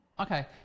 Okay